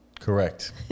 Correct